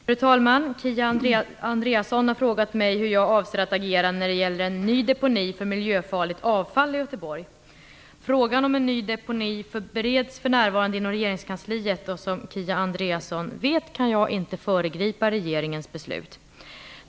Fru talman! Kia Andreasson har frågat mig hur jag avser att agera när det gäller en ny deponi för miljöfarligt avfall i Göteborg. Frågan om en ny deponi bereds för närvarande inom regeringskansliet och som Kia Andreasson vet kan jag inte föregripa regeringens beslut.